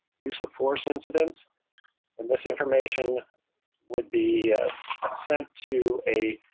use of force incidents and this information would be sent to a.